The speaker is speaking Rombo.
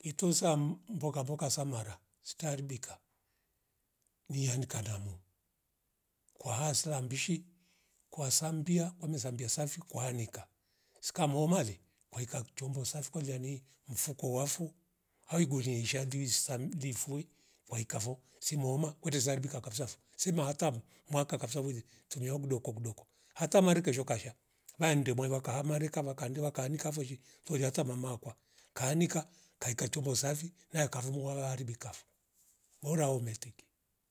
Itunza m- mboga mboga za mara zitaharibika ni ye mkandamo kwa aslambishi kwa sambia kume sambia safi kwa harweka sika muomave kwaeka kichombo safi kuliani mfuko wafu aigwere shandi uzisamlifu waikavo simoma kudi zamka kabzasa simaatavo mwaka kabsa ule turia dokomdoko ata mari kazeshoka sha mwaimde bweema kaama rikava kandela kaanika voshi kulia hata mamakwa kaanika kaeka hombo safi nakavumua wawaribika vo murwa umbetike